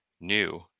new